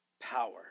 power